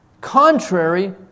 contrary